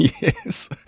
Yes